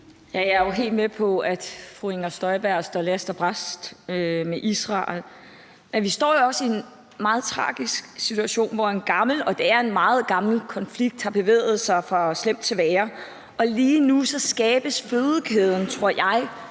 jeg er jo helt med på, at fru Inger Støjberg står last og brast med Israel, men vi står jo også i en meget tragisk situation, hvor en meget gammel konflikt har bevæget sig fra slemt til værre, og lige nu tror jeg